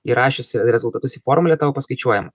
įrašius rezultatus į formulę tau paskaičiuojama